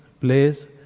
place